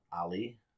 Ali